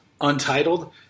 untitled